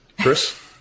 Chris